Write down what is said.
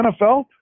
NFL